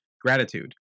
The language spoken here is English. gratitude